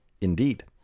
Indeed